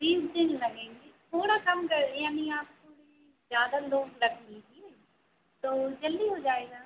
बीस दिन लगेंगे थोड़ा कम कर यानी आपको भी ज़्यादा लोग लगेंगे तो जल्दी हो जाएगा